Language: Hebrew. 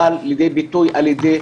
אני מבטיח להעביר את ההערה